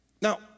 Now